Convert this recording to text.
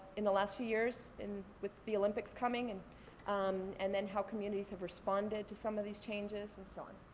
in the last few years with the olympics coming. and um and then how communities have responded to some of these changes and so on.